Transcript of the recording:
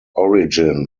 origin